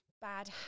bad